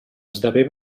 esdevé